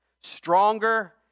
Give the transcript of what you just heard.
stronger